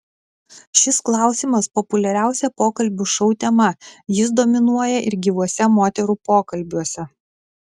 šis klausimas populiariausia pokalbių šou tema jis dominuoja ir gyvuose moterų pokalbiuose